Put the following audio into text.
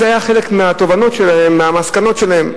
זה היה חלק מהמסקנות שלהם.